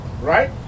right